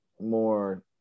more